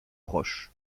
proche